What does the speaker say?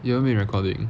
you want me recording